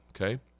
okay